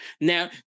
Now